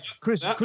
Chris